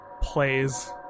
plays